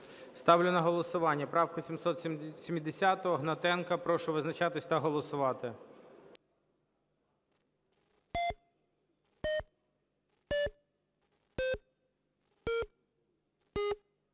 Ставлю на голосування правку 770 Гнатенка. Прошу визначатись та голосувати.